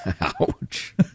Ouch